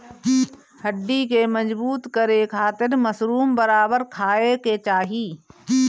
हड्डी के मजबूत करे खातिर मशरूम बराबर खाये के चाही